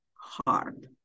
hard